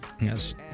Yes